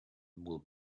will